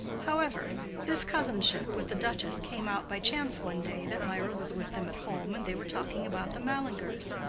however this cousinship with the duchess came out by chance one day that mirah was with them at home and they were talking about the mallingers.